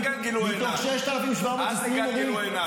אל תגלגלו עיניים.